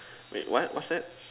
wait what what's that